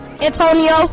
antonio